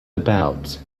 about